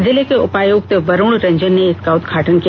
जिले के उपायुक्त वरूण रंजन ने इसका उद्घाटन किया